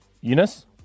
Eunice